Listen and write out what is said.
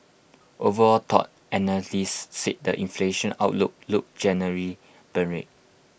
overall though analysts said the inflation outlook looks generally benign